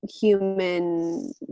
human